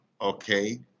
okay